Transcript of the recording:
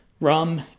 rum